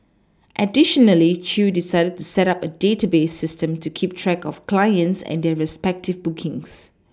additionally Chew decided to set up a database system to keep track of clients and their respective bookings